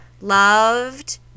Loved